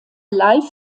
live